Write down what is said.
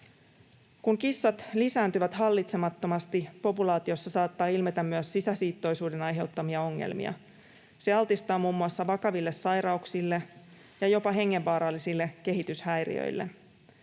Kun kissat lisääntyvät hallitsemattomasti, populaatiossa saattaa ilmetä myös sisäsiittoisuuden aiheuttamia ongelmia. Se altistaa muun muassa vakaville sairauksille ja jopa hengenvaarallisille kehityshäiriöille.